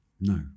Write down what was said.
no